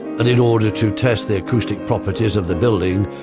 and in order to test the acoustic properties of the building,